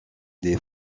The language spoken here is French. des